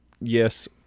yes